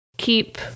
keep